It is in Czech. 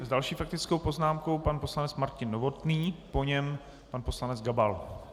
Další s faktickou poznámkou pan poslanec Martin Novotný, po něm pan poslanec Gabal.